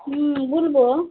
হুম বলবো